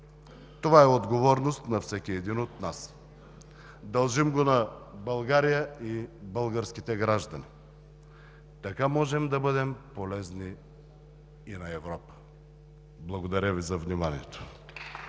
Това е отговорност на всеки един от нас. Дължим го на България и българските граждани. Така можем да бъдем полезни и на Европа. Благодаря Ви за вниманието.